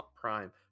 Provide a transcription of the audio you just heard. prime